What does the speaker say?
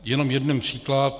Jenom jeden příklad.